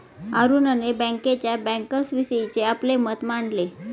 अरुणने बँकेच्या बँकर्सविषयीचे आपले मत मांडले